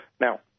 Now